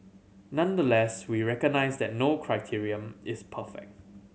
nonetheless we recognise that no criterion is perfect